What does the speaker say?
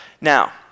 Now